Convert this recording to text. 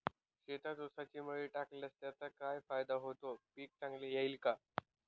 शेतात ऊसाची मळी टाकल्यास त्याचा काय फायदा होतो, पीक चांगले येईल का?